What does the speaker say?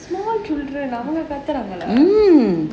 small children அவங்க கத்துறாங்களா:avanga kathuraangalaa